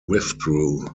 withdrew